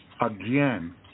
again